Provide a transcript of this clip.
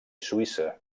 suïssa